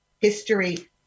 history